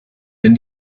denn